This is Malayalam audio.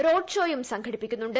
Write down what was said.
റോഡ്ഷോയും സംഘടിപ്പിക്കുന്നുണ്ട്